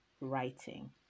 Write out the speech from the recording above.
writing